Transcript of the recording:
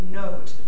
note